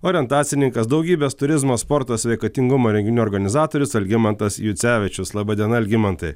orientacininkas daugybės turizmo sporto sveikatingumo renginių organizatorius algimantas jucevičius laba diena algimantai